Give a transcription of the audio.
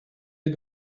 est